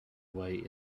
way